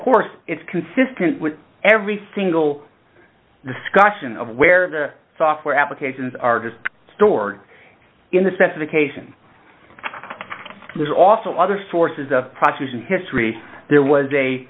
course it's consistent with every single discussion of where the software applications are just stored in the specification there's also other sources of processing history there was a